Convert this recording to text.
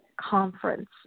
conference